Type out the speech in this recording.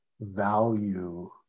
value